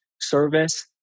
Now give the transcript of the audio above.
service